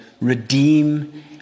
redeem